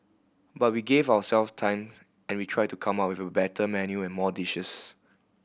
but we gave ourselves time and we tried to come up with a better menu and more dishes